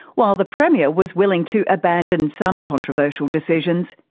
while the premier was willing to abandon some controversial decisions,